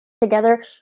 together